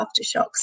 aftershocks